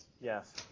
Yes